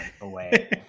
away